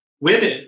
women